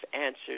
answers